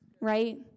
right